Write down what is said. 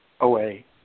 away